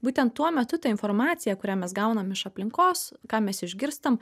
būtent tuo metu ta informacija kurią mes gaunam iš aplinkos ką mes išgirstam